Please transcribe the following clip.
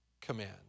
command